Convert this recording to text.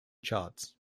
charts